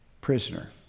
prisoner